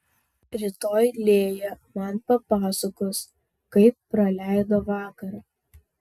rytoj lėja man papasakos kaip praleido vakarą